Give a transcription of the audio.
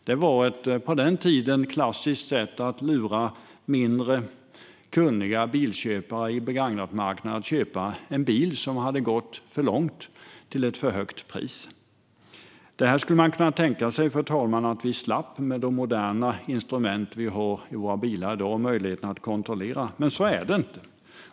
Det var ett på den tiden klassiskt sätt att lura mindre kunniga bilköpare på begagnatmarknaden att köpa en bil som hade gått för långt till ett för högt pris. Detta tänkte vi att vi skulle slippa med de moderna instrument som finns i bilarna i dag och våra möjligheter att kontrollera mätarställningen. Men så är det inte.